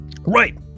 Right